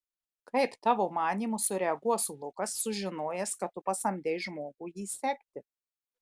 kaip tavo manymu sureaguos lukas sužinojęs kad tu pasamdei žmogų jį sekti